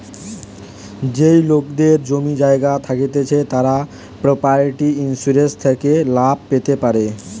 যেই লোকেদের জমি জায়গা থাকতিছে তারা প্রপার্টি ইন্সুরেন্স থেকে লাভ পেতে পারে